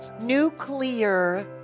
Nuclear